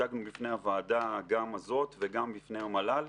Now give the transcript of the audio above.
הצגנו גם בפני הוועדה הזאת וגם בפני המל"ל.